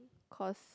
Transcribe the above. cause